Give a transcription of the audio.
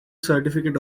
certificate